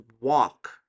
walk